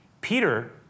Peter